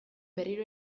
berriro